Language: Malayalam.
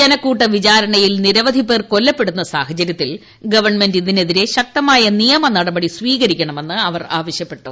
ജനക്കൂട്ട വിചാരണയിൽ നിരവധിപേർ കൊല്ലപ്പെടുന്ന സാഹചരൃത്തിൽ ഗവൺമെന്റ് ഇതിനെതിരെ ശക്തമായ നിയമനടപടി സ്വീകരിക്കണമെന്ന് അവർ ആവശ്യപ്പെട്ടു